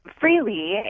Freely